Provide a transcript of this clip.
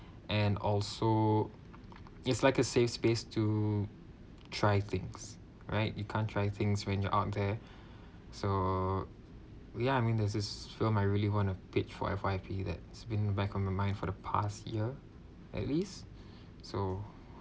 and also it's like a safe space to try things right you can't try things when you out there so we are I mean there's this film I really want to page for F_Y_P that's been back on my mind for the past year at least so